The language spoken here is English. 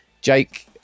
Jake